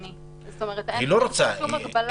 אין שום הגבלה.